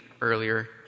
earlier